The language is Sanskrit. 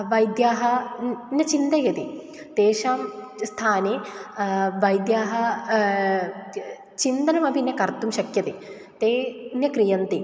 वैद्याः न चिन्तयति तेषां स्थाने वैद्याः चिन्तनमपि न कर्तुं शक्यन्ते ते न क्रियन्ते